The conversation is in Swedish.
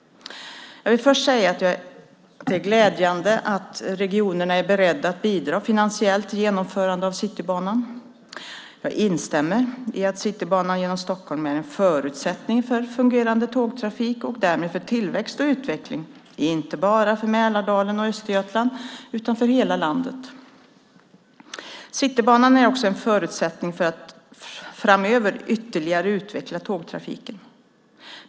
Jag vill först säga att det är glädjande att regionerna är beredda att bidra finansiellt till genomförandet av Citybanan. Jag instämmer i att Citybanan genom Stockholm är en förutsättning för fungerande tågtrafik och därmed för tillväxt och utveckling, inte bara för Mälardalen och Östergötland, utan för hela landet. Citybanan är också en förutsättning för att framöver ytterligare utveckla tågtrafiken.